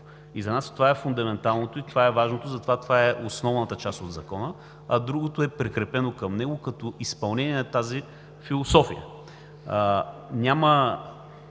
И за нас това е фундаменталното, това е важното и затова това е основната част от Закона, а другото е прикрепено към него като изпълнение на тази философия.